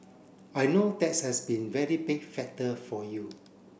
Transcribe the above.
I know that's has been very big factor for you